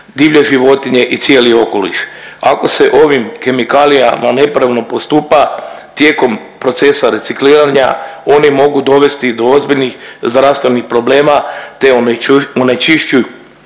divlje životinje i cijeli okoliš. Ako se ovim kemikalijama nepravilno postupa, tijekom procesa recikliranja, oni mogu dovesti do ozbiljnih zdravstvenih problema te onečišćuju